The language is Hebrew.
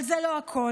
אבל זה לא הכול.